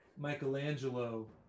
Michelangelo